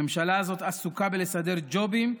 הממשלה הזאת עסוקה בלסדר ג'ובים,